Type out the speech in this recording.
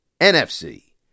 NFC